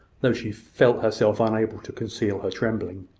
though she felt herself unable to conceal her trembling.